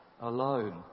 alone